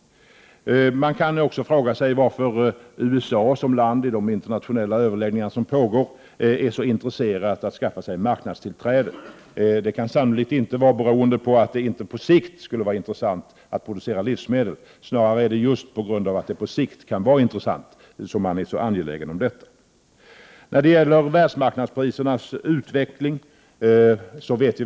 Man kan också fråga sig varför USA som land i de internationella överläggningar som pågår är så intresserat av att skaffa sig marknadstillträde. Det kan sannolikt inte bero på att det inte på sikt skulle vara intressant att producera livsmedel. Snarare är det just på grund av att det på sikt kan vara intressant som man är så angelägen. Vi vet mycket litet om världsmarknadsprisernas utveckling.